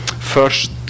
first